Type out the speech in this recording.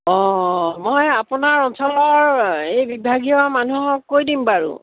অঁ মই আপোনাৰ অঞ্চলৰ এই বিভাগীয় মানুহক কৈ দিম বাৰু